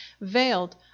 veiled